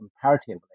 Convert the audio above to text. comparatively